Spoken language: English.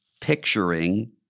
picturing